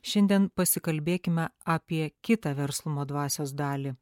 šiandien pasikalbėkime apie kitą verslumo dvasios dalį